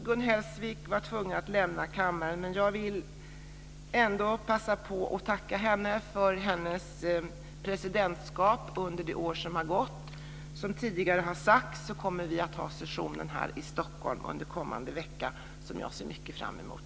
Gun Hellsvik var tvungen att lämna kammaren, men jag vill ändå passa på att tacka henne för hennes presidentskap under det år som har gått. Som tidigare har sagts kommer vi att ha session här i Stockholm under kommande vecka, vilket jag ser mycket fram emot.